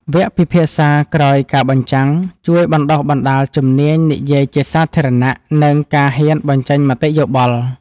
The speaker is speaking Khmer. វគ្គពិភាក្សាក្រោយការបញ្ចាំង ជួយបណ្ដុះបណ្ដាលជំនាញនិយាយជាសាធារណៈ និងការហ៊ានបញ្ចេញមតិយោបល់។